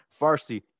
Farsi